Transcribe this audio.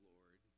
Lord